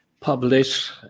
publish